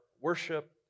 worship